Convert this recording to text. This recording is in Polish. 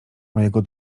mojego